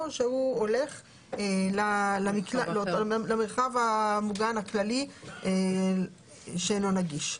או שהוא הולך למרחב המובן הכללי שאינו נגיש.